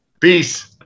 Peace